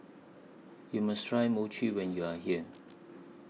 YOU must Try Mochi when YOU Are here